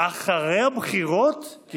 אחרי הבחירות הקודמות?